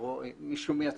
או עם מי שהוא מייצג